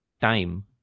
time